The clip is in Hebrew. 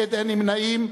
(תקופת כהונה מזערית כתנאי לבחירת נשיא בית-המשפט העליון),